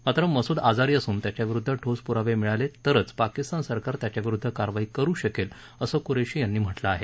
मात्र मसुद आजारी असून त्याच्याविरुद्ध ठोस पुरावे मिळाले तरचं पाकिस्तान सरकार त्याच्याविरुद्ध कारवाई करू शकेल असं कुरेशी यांनी म्हा झिं आहे